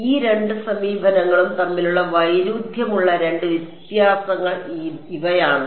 അതിനാൽ ഈ രണ്ട് സമീപനങ്ങളും തമ്മിലുള്ള വൈരുദ്ധ്യമുള്ള രണ്ട് വ്യത്യാസങ്ങൾ ഇവയാണ്